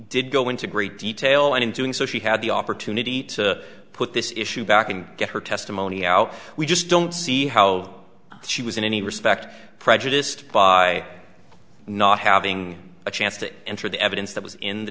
did go into great detail and in doing so she had the opportunity to put this issue back and get her testimony out we just don't see how she was in any respect prejudiced by not having a chance to enter the evidence that was in the